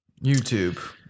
youtube